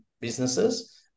businesses